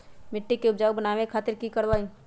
मिट्टी के उपजाऊ बनावे खातिर की करवाई?